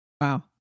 Wow